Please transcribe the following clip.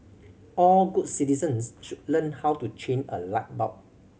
all good citizens should learn how to change a light bulb